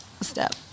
step